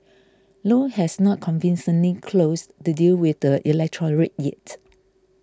Low has not convincingly closed the deal with the electorate yet